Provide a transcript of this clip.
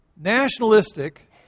nationalistic